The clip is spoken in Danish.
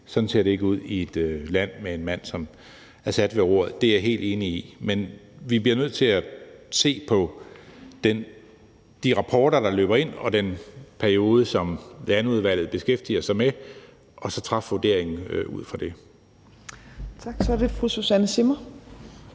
Sådan ser det ikke ud i et land med en mand som Assad ved roret. Det er jeg helt enig i. Men vi bliver nødt til at se på de rapporter, der løber ind, og den periode, som landeudvalget beskæftiger sig med, og så træffe vurderingen ud fra det. Kl. 15:35 Tredje